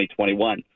2021